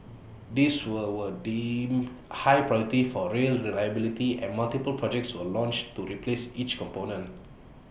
these were were deemed high priority for rail reliability and multiple projects were launched to replace each component